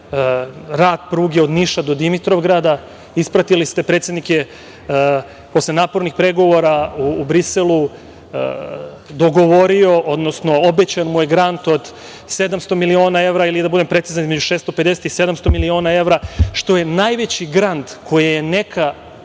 rad pruge od Niša do Dimitrovgrada. Ispratili ste predsednika posle napornih pregovora u Briselu. Dogovorio, odnosno obećan mu je grant od 700 miliona evra ili da budem precizan između 650 i 700 miliona evra što je najveći grant koji je neka